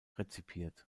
rezipiert